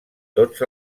tots